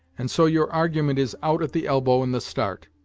and so your argument is out at the elbow in the start.